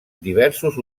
diversos